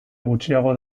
gutxiago